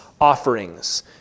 offerings